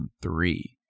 three